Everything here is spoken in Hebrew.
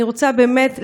אני רוצה באמת להגיד: